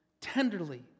Tenderly